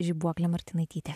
žibuoklė martinaitytė